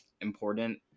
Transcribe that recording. important